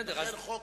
חוק